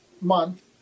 month